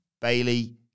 Bailey